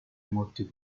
molti